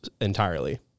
entirely